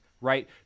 right